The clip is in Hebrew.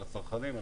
על הצרכנים,